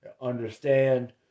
Understand